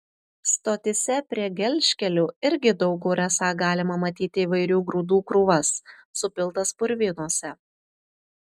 stotyse prie gelžkelių irgi daug kur esą galima matyti įvairių grūdų krūvas supiltas purvynuose